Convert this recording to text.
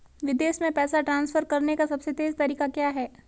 विदेश में पैसा ट्रांसफर करने का सबसे तेज़ तरीका क्या है?